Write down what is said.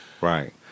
right